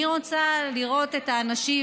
אני רוצה לראות את האנשים,